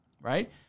right